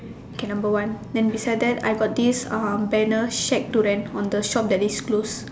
okay number one then beside that I got this um banner shack to rent on the shop that is closed